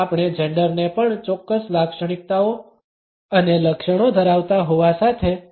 આપણે જેન્ડરને પણ ચોક્ક્સ લાક્ષણિકતાઓ અને લક્ષણો ધરાવતા હોવા સાથે સાંકળી શકતા નથી